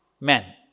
men